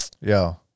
Yo